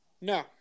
No